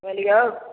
बोलिऔ